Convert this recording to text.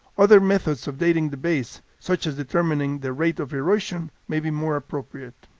other methods of dating the bays, such as determining their rate of erosion, may be more appropriate.